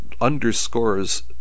underscores